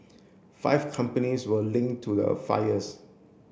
five companies were link to the fires